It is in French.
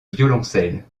violoncelle